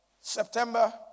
September